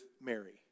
Mary